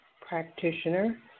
Practitioner